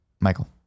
Michael